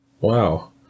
Wow